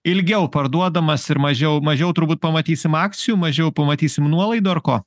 ilgiau parduodamas ir mažiau mažiau turbūt pamatysim akcijų mažiau pamatysim nuolaidų ar ko